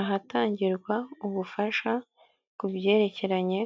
Ahatangirwa ubufasha ku byerekeranye